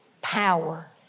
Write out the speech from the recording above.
power